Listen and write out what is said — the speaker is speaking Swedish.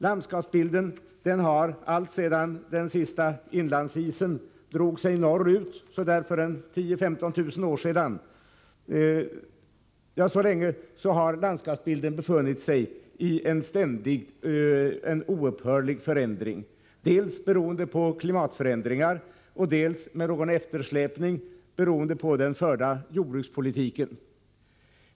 Landskapsbilden har, alltsedan den sista inlandsisen drog sig norrut för 10 000-15 000 år sedan, befunnit sig i oupphörlig förändring, dels beroende på klimatförändringar, dels, med någon eftersläpning, beroende på den förda jordbrukspolitiken.